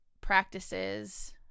practices